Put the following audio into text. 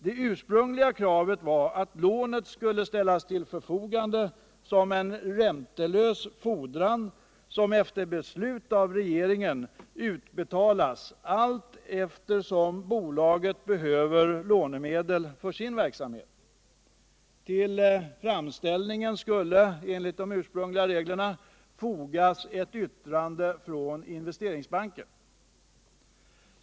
Det ursprungliga kravet var att lånet skulle ställas till förfogande som en räntelös fordran, som efter beslut av regeringen utbetalas allteftersom bolaget behöver lånemedel för sin verksamhet. Till framställningen skulle enligt de ursprungliga reglerna fogas ett yttrande från Investeringsbanken.